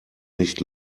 nicht